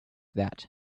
that